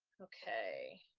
okay.